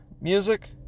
music